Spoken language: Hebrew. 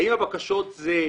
האם הבקשות זה: